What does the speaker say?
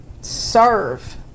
serve